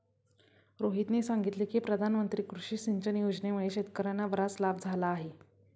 रोहितने सांगितले की प्रधानमंत्री कृषी सिंचन योजनेमुळे शेतकर्यांना बराच लाभ झाला आहे